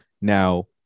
Now